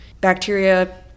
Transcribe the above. bacteria